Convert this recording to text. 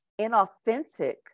inauthentic